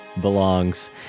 belongs